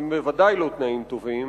אבל בוודאי הם לא תנאים טובים.